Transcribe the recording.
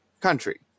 country